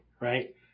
right